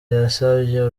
yasabye